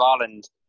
Ireland